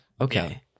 okay